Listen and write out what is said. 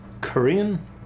Korean